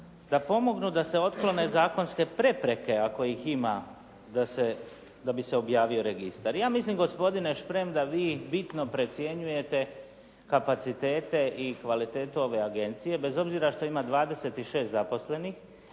da pomognu da se otklone zakonske prepreke ako ih ima da bi se objavio registar. Ja mislim gospodine Šprem da vi bitno precjenjujete kapacitete i kvalitetu ove agencije bez obzira što ima 26 zaposlenih,